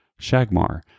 Shagmar